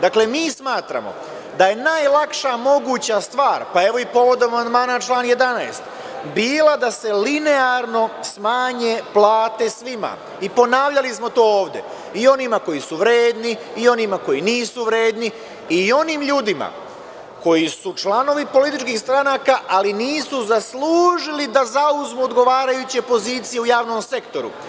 Dakle, mi smatramo da je najlakša moguća stvar, pa, evo, i povodom amandmana na član 11, bila da se linearno smanje plate svima, i ponavljali smo to ovde, i onima koji su vredni, i onima koji nisu vredni i onim ljudima koji su članovi političkih stranaka, ali nisu zaslužili da zauzmu odgovarajuće pozicije u javnom sektoru.